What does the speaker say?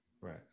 Right